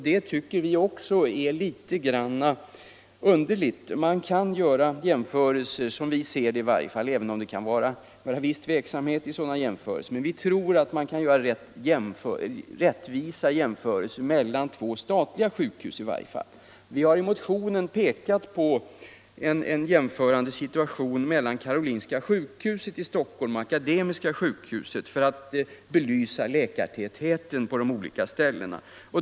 Vi tycker också att det är litet underligt alt man inte gjort några jämförande undersökningar när det gäller dessa frågor. Vi tror att man i varje fall när det gäller två statliga sjukhus kan göra rättvisa jämförelser. Vi har i motionen jämfört situationen vid Karolinska sjukhuset i Stockholm och situationen vid Akaden:iiska sjukhuset i Uppsala för att belysa läkartätheten på de olika sjukhusen.